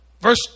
Verse